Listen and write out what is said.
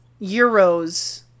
euros